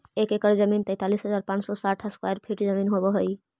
एक एकड़ जमीन तैंतालीस हजार पांच सौ साठ स्क्वायर फीट जमीन होव हई